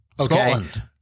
Scotland